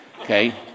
okay